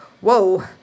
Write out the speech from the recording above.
whoa